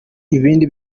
ibindi